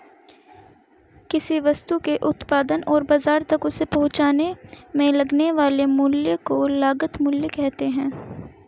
किसी वस्तु के उत्पादन और बाजार तक उसे पहुंचाने में लगने वाले मूल्य को लागत मूल्य कहते हैं